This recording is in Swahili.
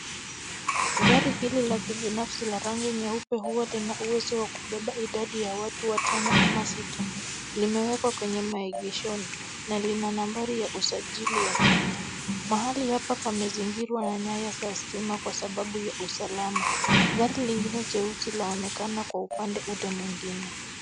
Gari hili la kibinafasi la rangi nyeupe huwa lina uwezo wa kubeba idadi ya watu watano ama sita. Limewekwa kwenye maegeshoni na lina namba ya usajili ya Kenya. Mahali hapa pamezingirwa na nyaya za stima kwa sababu ya usalama. Gari lingine jeusi laonekana kwa upande ule mwingine.